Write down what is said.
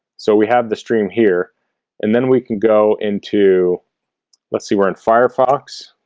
so we have the stream here and then we can go into let's see. we're in firefox